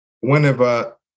whenever